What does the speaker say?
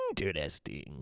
Interesting